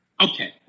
Okay